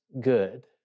good